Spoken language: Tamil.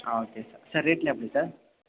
ஆ ஓகே சார் சார் ரேட்லாம் எப்படி சார்